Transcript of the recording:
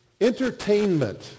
Entertainment